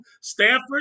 Stanford